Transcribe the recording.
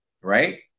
Right